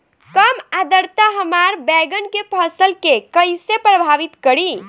कम आद्रता हमार बैगन के फसल के कइसे प्रभावित करी?